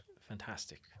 Fantastic